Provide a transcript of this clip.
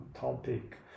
topic